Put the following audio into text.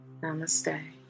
Namaste